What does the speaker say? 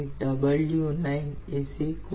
985